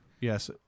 Yes